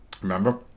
Remember